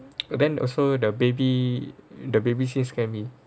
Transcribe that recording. then also the baby the baby sit scares me